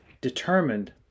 determined